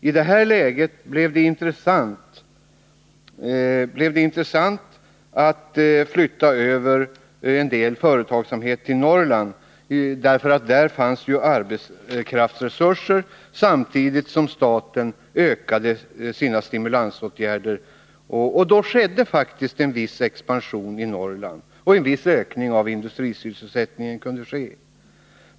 I detta läge blev det intressant att flytta över en del företagsamhet till Norrland, därför att det där fanns arbetskraftsresurser, samtidigt som staten ökade stimulansåtgärderna. Och då skedde faktiskt en viss expansion i Norrland, och en viss ökning av industrisysselsättningen kunde också ske.